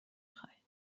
خوای